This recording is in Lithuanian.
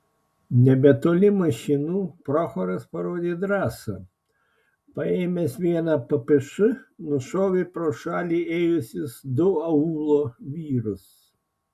nebetoli mašinų prochoras parodė drąsą paėmęs vieną ppš nušovė pro šalį ėjusius du aūlo vyrus